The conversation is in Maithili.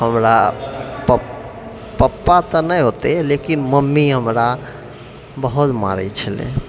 हमरा पप्पा तऽ नहि ओतय लेकिन मम्मी हमरा बहुत मारै छलय